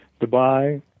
Dubai